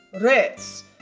Rats